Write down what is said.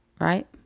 right